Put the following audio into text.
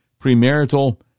premarital